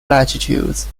latitudes